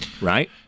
right